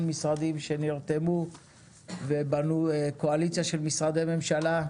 משרדים שנרתמו ובנו קואליציה של משרדי ממשלה.